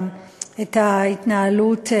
להתנהלות,